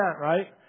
right